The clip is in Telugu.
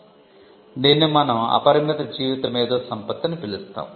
కాబట్టి దీనిని మనం 'అపరిమిత జీవిత మేధో సంపత్తి' అని పిలుస్తాము